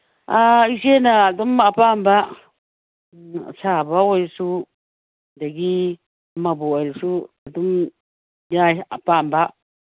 ꯑꯥ ꯏꯆꯦꯅ ꯑꯗꯨꯝ ꯑꯄꯥꯝꯕ ꯑꯁꯥꯕ ꯑꯣꯏꯁꯨ ꯑꯗꯒꯤ ꯑꯃꯕꯨ ꯑꯣꯏꯔꯁꯨ ꯑꯗꯨꯝ ꯌꯥꯏ ꯑꯄꯥꯝꯕ